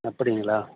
அப்படிங்களா